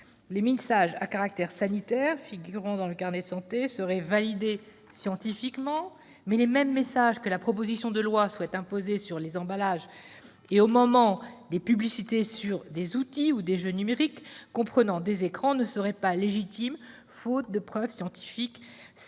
Les messages à caractère sanitaire figurant dans le carnet de santé seraient validés scientifiquement, mais les mêmes messages que la proposition de loi prévoit d'imposer sur les emballages et lors des publicités pour des outils ou des jeux numériques comprenant des écrans ne seraient pas légitimes, faute de preuves scientifiques suffisantes